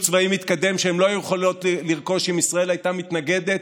צבאי מתקדם שהן לא היו יכולות לרכוש אם ישראל הייתה מתנגדת,